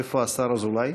איפה השר אזולאי?